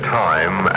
time